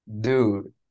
Dude